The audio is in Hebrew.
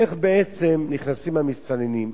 איך בעצם נכנסים המסתננים?